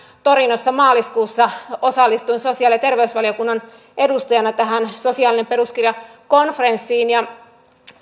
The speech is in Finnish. torinossa maaliskuussa osallistuin sosiaali ja terveysvaliokunnan edustajana tähän sosiaalinen peruskirja konferenssiin ja